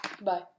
Bye